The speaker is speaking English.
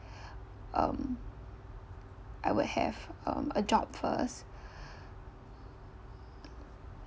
um I would have um a job first